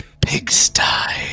pigsty